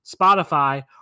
Spotify